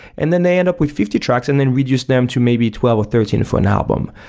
and then they end up with fifty tracks, and then reduce them to maybe twelve or thirteen for an album.